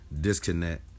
Disconnect